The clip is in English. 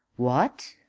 what!